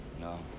No